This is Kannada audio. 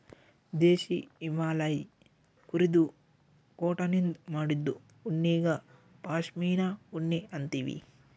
ದೇಶೀ ಹಿಮಾಲಯ್ ಕುರಿದು ಕೋಟನಿಂದ್ ಮಾಡಿದ್ದು ಉಣ್ಣಿಗಾ ಪಶ್ಮಿನಾ ಉಣ್ಣಿ ಅಂತೀವಿ